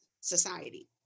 society